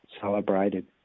Celebrated